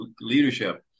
leadership